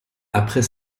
après